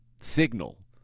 signal